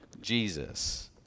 Jesus